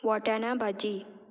वॉटाना भाजी